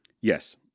Yes